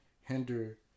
hinder